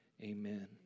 Amen